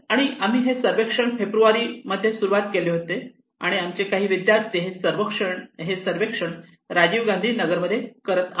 आणि आम्ही हे सर्वेक्षण फेब्रुवारीमध्ये सुरुवात केले होते आणि आमचे काही विद्यार्थी हे सर्वेक्षण राजीवगांधी नगरमध्ये करत आहेत